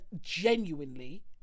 genuinely